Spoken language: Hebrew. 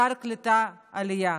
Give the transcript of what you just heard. שר הקליטה והעלייה,